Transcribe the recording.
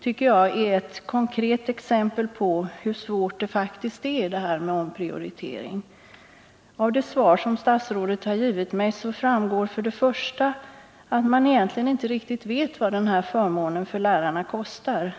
tycker jag är ett konkret exempel på hur svårt det faktiskt är att omprioritera. Av det svar som statsrådet givit mig framgår för det första att man egentligen inte riktigt vet vad den här förmånen för lärarna kostar.